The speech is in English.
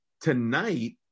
Tonight